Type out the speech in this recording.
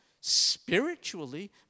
spiritually